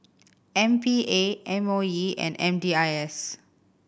M P A M O E and M D I S